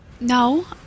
no